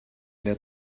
der